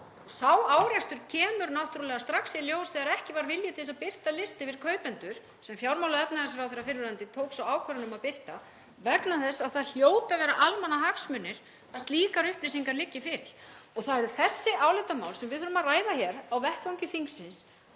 Sá árekstur kemur náttúrlega strax í ljós þegar ekki var vilji til þess að birta lista yfir kaupendur, sem fyrrverandi fjármála- og efnahagsráðherra tók svo ákvörðun um að birta, vegna þess að það hljóta að vera almannahagsmunir að slíkar upplýsingar liggi fyrir. Það eru þessi álitamál sem við þurfum að ræða á vettvangi þingsins